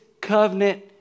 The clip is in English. covenant